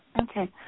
Okay